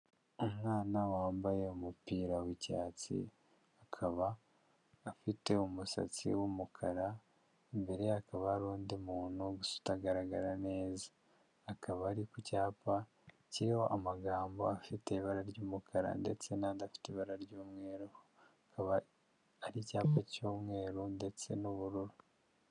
Umwana wambaye umupira w'icyatsi, akaba afite umusatsi w'umukara imbere ye akaba hari undi muntu utagaragara neza, akaba ari ku cyapa kiriho amagambo afite ibara ry'umukara ndetse n'adifite ibara ry' umweru, akaba ari icyamba cyumweru ndetse n'ubururu.